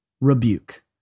rebuke